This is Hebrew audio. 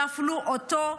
יפלו אותו,